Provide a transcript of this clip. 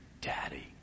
daddy